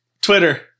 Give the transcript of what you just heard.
Twitter